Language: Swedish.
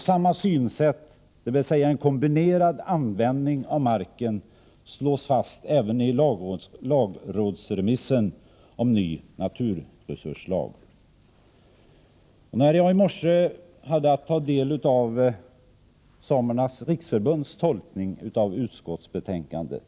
Samma synsätt, dvs. en kombinerad användning av marken, slås fast även i lagrådsremissen om en ny naturresurslag. I morse tog jag del av Svenska samernas riksförbunds tolkning av utskottsbetänkandet.